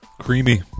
Creamy